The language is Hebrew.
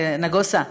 נגוסה?